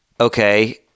okay